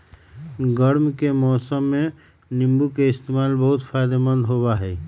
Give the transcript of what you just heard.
गर्मी के मौसम में नीम्बू के इस्तेमाल बहुत फायदेमंद होबा हई